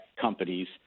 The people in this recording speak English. companies